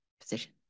position